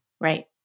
Right